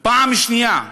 פעם שנייה,